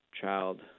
child